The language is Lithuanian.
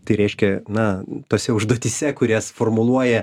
tai reiškia na tose užduotyse kurias formuluoja